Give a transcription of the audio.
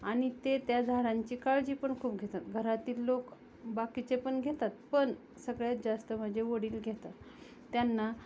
आणि ते त्या झाडांची काळजी पण खूप घेतात घरातील लोक बाकीचे पण घेतात पण सगळ्यात जास्त माझे वडील घेतात त्यांना